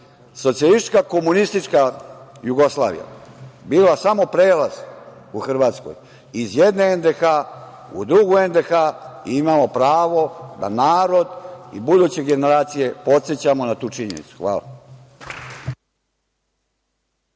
socijalistička komunistička Jugoslavija bila samo prelaz u Hrvatskoj iz jedne NDH u drugu NDH i imamo pravo da narod i buduće generacije podsećamo na tu činjenicu. Hvala.